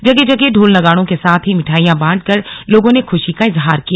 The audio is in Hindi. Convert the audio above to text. जगह जगह ढोल नगाडों के साथ ही मिठाइयां बांटकर लोगों ने ख्रशी का इजहार किया